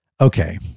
Okay